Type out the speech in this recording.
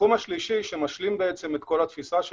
התחום השלישי שמשלים את כל התפיסה,